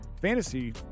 fantasy